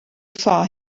far